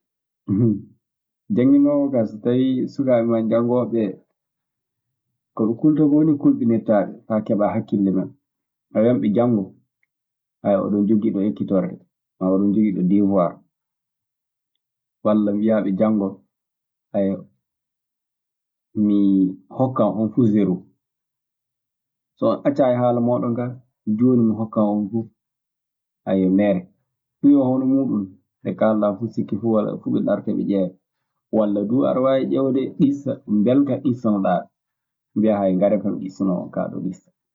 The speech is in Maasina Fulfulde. arannde leyɗe amen ɗee kaa fuu, kollamo misiideeje; ɗum woni arannde. Caggal muuɗum mi hollamo nokkuuje adiimeeje leydi ndii. Caggal muuɗum duu ana waawi holludemo nokkuuje kiiɗe e leydi ndii maraaɗe faa jooni. Ɗum watta arannde kaa fuu ko kollataa fuu ɗee nokkuuje non, hono jooni hono jenne en eko nanndi e muuɗum.